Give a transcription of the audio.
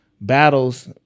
battles